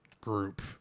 group